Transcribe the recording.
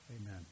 amen